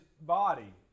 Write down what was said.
body